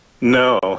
No